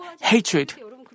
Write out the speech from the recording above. hatred